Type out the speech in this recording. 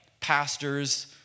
pastors